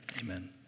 amen